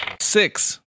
Six